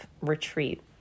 retreat